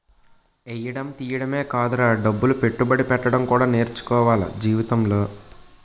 ఎయ్యడం తియ్యడమే కాదురా డబ్బులు పెట్టుబడి పెట్టడం కూడా నేర్చుకోవాల జీవితంలో